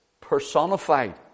personified